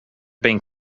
been